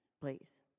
Please